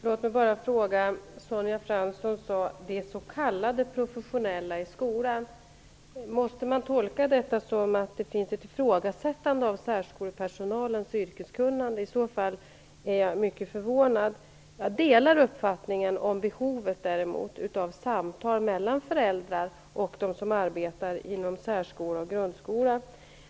Herr talman! Sonja Fransson sade de s.k. professionella i skolan. Skall man tolka det som att Sonja Fransson ifrågasätter särskolepersonalens yrkeskunnande? I så fall är jag mycket förvånad. Jag delar däremot uppfattningen om behovet av samtal mellan föräldrar och dem som arbetar inom särskolan och grundskolan.